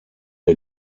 der